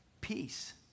peace